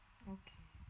okay